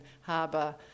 harbour